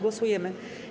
Głosujemy.